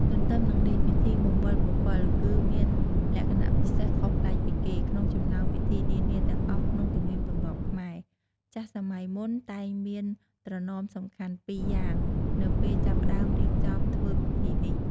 ទន្ទឹមនឹងនេះ ពិធីបង្វិលពពិល គឺ មានលក្ខណៈពិសេសខុសប្លែកពីគេ ក្នុងចំណោមពិធីនានាទាំងអស់ក្នុងទំនៀមទម្លាប់ខ្មែរ ។ ចាស់សម័យមុនតែងមានត្រណមសំខាន់ពីរយ៉ាងនៅពេលចាប់ផ្តើមរៀបចំធ្វើពិធីនេះ។